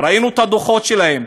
ראינו את הדוחות שלהם.